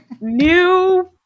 New